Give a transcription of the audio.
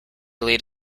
lead